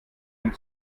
den